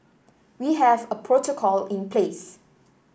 we have a protocol in place